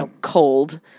cold